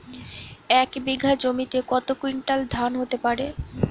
এক বিঘা জমিতে কত কুইন্টাল ধান হতে পারে?